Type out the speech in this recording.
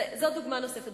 זו דוגמה נוספת.